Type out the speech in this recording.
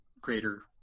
greater